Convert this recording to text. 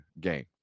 game